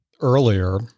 earlier